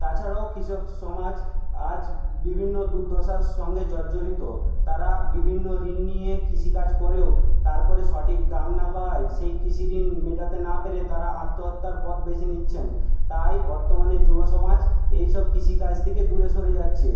তাছাড়াও কৃষক সমাজ আজ বিভিন্ন দুর্দশার সঙ্গে জর্জরিত তারা বিভিন্ন ঋণ নিয়ে কৃষিকাজ করেও তারপরে সঠিক দাম না পাওয়ায় সেই কৃষি ঋণ মেটাতে না পেরে তারা আত্মহত্যার পথ বেছে নিচ্ছেন তাই বর্তমানে যুব সমাজ এই সব কৃষিকাজ থেকে দূরে সরে যাচ্ছে